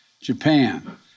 Japan